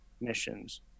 missions